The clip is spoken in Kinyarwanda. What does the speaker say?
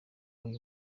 uyu